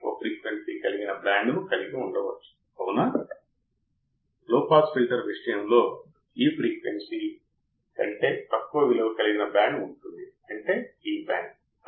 కాబట్టిఫీడ్బ్యాక్ రకం కి ప్రాముఖ్యం లేదు ఏ ఫీడ్బ్యాక్ అయినాఎల్లప్పుడూ దాని నుండి మీరు ఏదో నేర్చుకోండి మరియు దాని నుండి మెరుగుపరచడానికి ప్రయత్నించండి